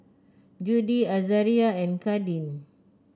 Judie Azaria and Kadin